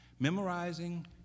memorizing